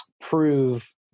prove